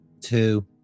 Two